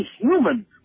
human